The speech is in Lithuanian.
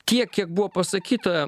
tiek kiek buvo pasakyta